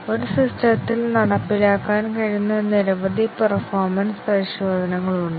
ഒരു സിസ്റ്റത്തിൽ നടപ്പിലാക്കാൻ കഴിയുന്ന നിരവധി പെർഫോമെൻസ് പരിശോധനകൾ ഉണ്ട്